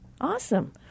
Awesome